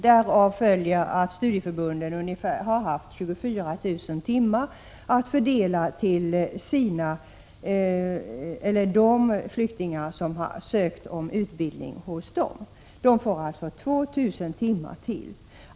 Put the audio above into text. Därav följer att studieförbunden har haft ungefär 24 000 timmar att fördela till de flyktingar som har sökt utbildning hos dem. De får alltså 2 000 timmar till!